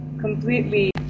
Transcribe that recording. completely